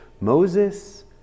Moses